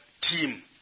team